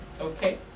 okay